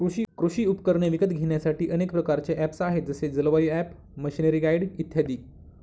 कृषी उपकरणे विकत घेण्यासाठी अनेक प्रकारचे ऍप्स आहेत जसे जलवायु ॲप, मशीनरीगाईड इत्यादी